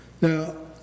Now